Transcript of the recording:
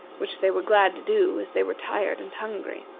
which they were glad to do as they were tired and hungry.